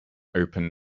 open